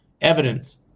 evidence